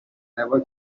never